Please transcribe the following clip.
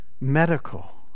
medical